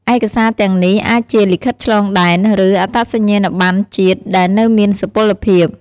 ឯកសារទាំងនេះអាចជា លិខិតឆ្លងដែន ឬ អត្តសញ្ញាណប័ណ្ណជាតិ ដែលនៅមានសុពលភាព។